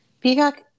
Peacock